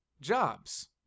Jobs